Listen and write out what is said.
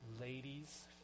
ladies